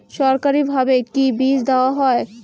সরকারিভাবে কি বীজ দেওয়া হয়?